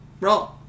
Roll